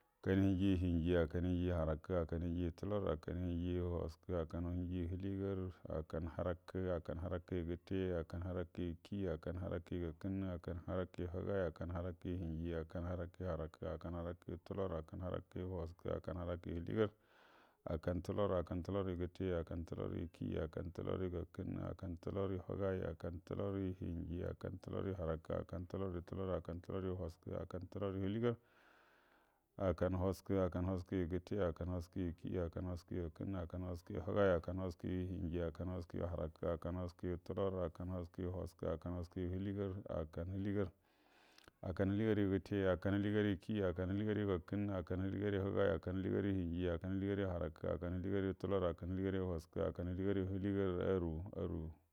Hakan hənjieyu hənjie, hakan hənjieyu həarakə, hakan hənjieyu tuəlor hakan henjieyu wəaskə, hakan hənjieyu həaliegar, hakan həarakə hakan həarakəyu gətə, hakan həarakəyu kiyi, hakan həarakəyu gəkənnə, hakan həarakəyu həgan, hakan həarakəyu hənjie, hakan hara, kənyu həarəkə, hakan harəkayu tuəlor, hakan həarəkoyu wəaskə, hakan həarəkəyu həaliegar, hakan tuəlor, hakan tuəloryu gəte, hakan tuəloryu kiyi, hakan tuloryu gəakənnə, hakan tuəloryu həgan, hakan tuəlaryu hənjie, hakan tuəloyu həarəkə, hakan tuloryu tuəlor. Hakan tuloryu wəskə, hakan tuəloryu həaliegəar, haka wəaskə, hakan wəaskəyu gəte, hakan wəaskəyu kiyi, hakan wəaskəyu gəakənnə, hakan wəaskəyu həgəy, hakah wəaskəyu hənjie, hakan wəaskəyu həarukə, hakan wəskəyu tuəlor, hakan wəaskəyu wəaskə, hakan wəaskəyu həaliegəar hakan həaliegəar, hakan həaliegaryu gəte, hakan həaliegaryu kiyi, hakan həaliegaryu gəakənnə, hakan həaliegəar həgay, hakan həaliegaryu hənjie, hakan həaligaryu hərakəy hakan həaliegaryu tulor, hakan həaliegar wəaskə, hakan həaliegaryu həaligauy aruə.